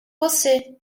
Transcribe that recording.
você